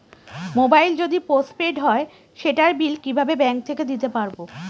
Mobile যদি postpaid হয় সেটার বিল কিভাবে ব্যাংক থেকে দিতে পারব?